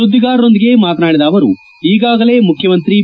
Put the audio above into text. ಸುದ್ಲಿಗಾರರೊಂದಿಗೆ ಮಾತನಾಡಿದ ಅವರು ಈಗಾಗಲೇ ಮುಖ್ಯಮಂತ್ರಿ ಬಿ